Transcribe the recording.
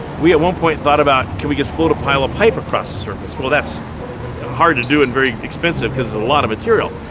we at one point thought about can we get float a pile of pipe across the surface. well, that's hard to do and very expensive cause it's a lot of material.